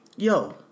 Yo